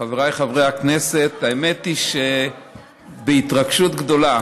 חבריי חברי הכנסת, האמת היא שבהתרגשות גדולה,